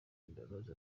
imbabazi